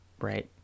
right